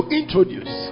introduce